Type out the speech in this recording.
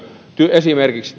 esimerkiksi